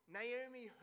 Naomi